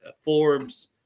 Forbes